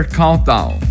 countdown